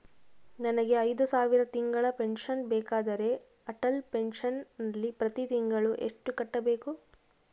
ನನಗೆ ಐದು ಸಾವಿರ ತಿಂಗಳ ಪೆನ್ಶನ್ ಬೇಕಾದರೆ ಅಟಲ್ ಪೆನ್ಶನ್ ನಲ್ಲಿ ಪ್ರತಿ ತಿಂಗಳು ಎಷ್ಟು ಕಟ್ಟಬೇಕು?